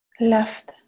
left